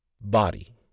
body